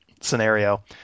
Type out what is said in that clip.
scenario